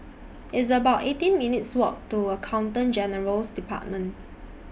It's about eighteen minutes' Walk to Accountant General's department